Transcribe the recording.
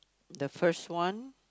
the first one